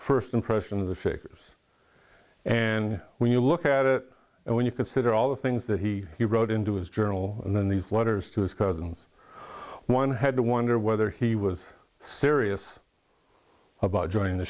first impression of the figures and when you look at it and when you consider all the things that he wrote into his journal and then these letters to his cousins one had to wonder whether he was serious about joining the